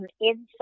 inside